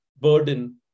burden